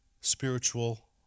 spiritual